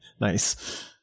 nice